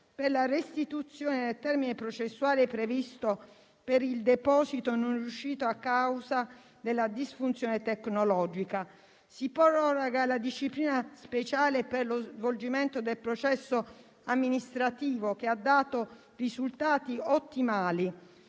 per la restituzione del termine processuale previsto per il deposito non riuscito a causa della disfunzione tecnologica. Si proroga la disciplina speciale per lo svolgimento del processo amministrativo che ha dato risultati ottimali.